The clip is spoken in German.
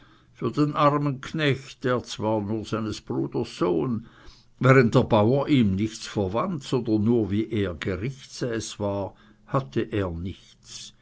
für den armen knecht der zwar nur seines bruders sohn während der bauer ihm nichts verwandt sondern nur wie er gerichtssäß war hatte er nichts